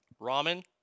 Ramen